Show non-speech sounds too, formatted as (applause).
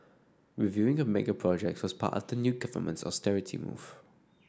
reviewing of mega projects (unintelligible) part of the new government's austerity move